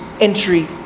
entry